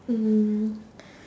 mm